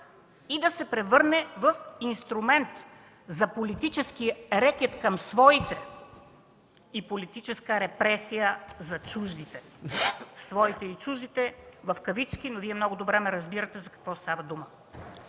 и да се превърне в инструмент за политически рекет към „своите” и политическа репресия за „чуждите”. Поставям думите „своите” и „чуждите” в кавички, но Вие много добре ме разбирате за какво става дума.